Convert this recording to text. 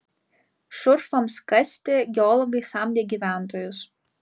šurfams kasti geologai samdė gyventojus